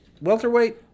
welterweight